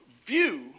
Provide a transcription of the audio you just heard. view